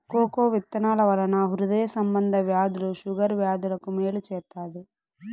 cocoa విత్తనాల వలన హృదయ సంబంధ వ్యాధులు షుగర్ వ్యాధులకు మేలు చేత్తాది